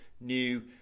new